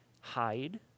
hide